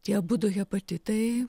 tie abudu hepatitai